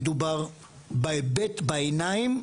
מדובר בהיבט בעיניים,